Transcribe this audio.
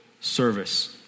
service